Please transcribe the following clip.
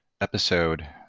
episode